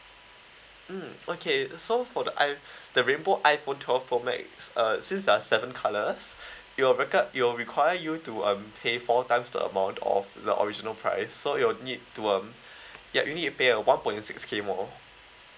mm okay so for the iph~ the rainbow iphone twelve pro max uh since there are seven colours it will requ~ it will require you to um pay four times the amount of the original price so you will need to um yup you need to pay a one point six K more